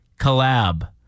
collab